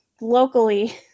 locally